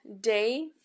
day